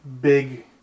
big